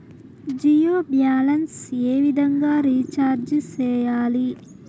Jio balance ఏ విధంగా recharge సేయాలి?